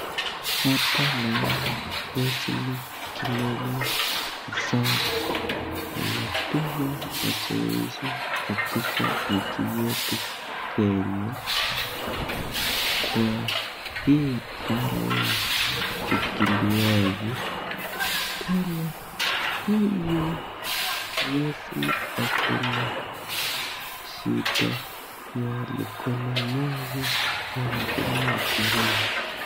Hapa naona Wesley Kimeli Sang, anapiga mazoezi katika nchi yetu kenya kwa hii bara ya ukimbiaji, tena huyu Wesley akona shida ya mkono moja ya mkono ya kulia.